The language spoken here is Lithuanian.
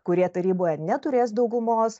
kurie taryboje neturės daugumos